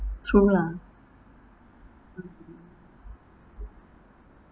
true lah